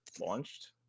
launched